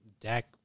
Dak